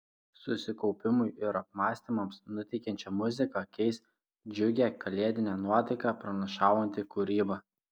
susikaupimui ir apmąstymams nuteikiančią muziką keis džiugią kalėdinę nuotaiką pranašaujanti kūryba